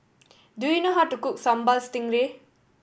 do you know how to cook Sambal Stingray